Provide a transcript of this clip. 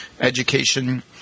education